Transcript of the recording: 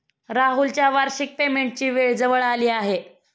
राहुलच्या वार्षिक पेमेंटची वेळ जवळ आली आहे